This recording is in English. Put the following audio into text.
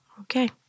Okay